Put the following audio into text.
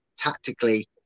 tactically